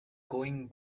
going